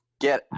get